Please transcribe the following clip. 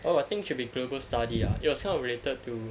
oh I think should be global study ah it was kind of related to